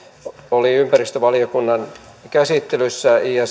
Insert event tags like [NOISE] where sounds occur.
oli ympäristövaliokunnan käsittelyssä ja [UNINTELLIGIBLE]